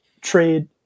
trade